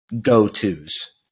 go-tos